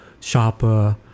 sharper